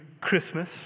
Christmas